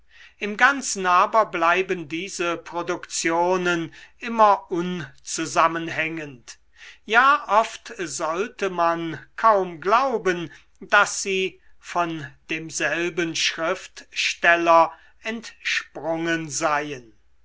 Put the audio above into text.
im ganzen aber bleiben diese produktionen immer unzusammenhängend ja oft sollte man kaum glauben daß sie von demselben schriftsteller entsprungen seien